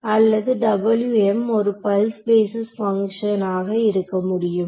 அல்லது ஒரு pulse basis function ஆக இருக்க முடியுமா